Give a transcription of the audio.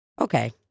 Okay